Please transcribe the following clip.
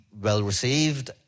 well-received